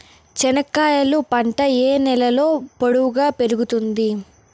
చెనక్కాయలు పంట ఏ నేలలో పొడువుగా పెరుగుతుంది?